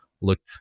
looked